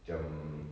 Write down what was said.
macam